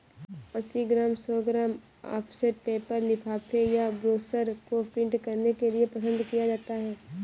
अस्सी ग्राम, सौ gram offset paper लिफाफे या ब्रोशर को प्रिंट करने के लिए पसंद किया जाता है